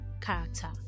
character